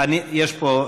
יש פה,